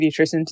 pediatricians